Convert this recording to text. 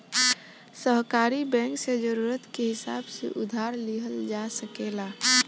सहकारी बैंक से जरूरत के हिसाब से उधार लिहल जा सकेला